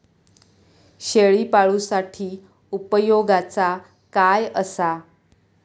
शेळीपाळूसाठी उपयोगाचा काय असा?